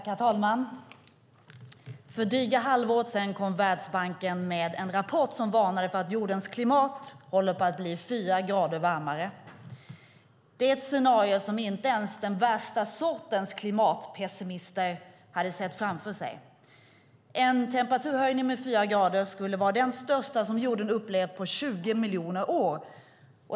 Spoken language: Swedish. Herr talman! För dryga halvåret sedan kom Världsbanken med en rapport som varnade för att jordens klimat håller på att bli fyra grader varmare. Det är ett scenario som inte ens den värsta sortens klimatpessimister sett framför sig. En temperaturhöjning med fyra grader skulle vara den största som jorden upplevt på 20 miljoner år.